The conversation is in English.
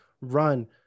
run